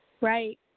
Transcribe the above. Right